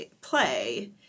play